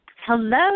Hello